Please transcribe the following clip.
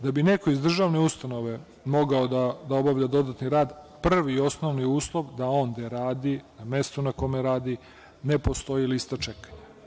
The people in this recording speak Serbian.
Da bi neko iz državne ustanove mogao da obavlja dodatni rad, prvi i osnovni uslov je da on gde radi, na mestu na kome radi, ne postoji lista čekanja.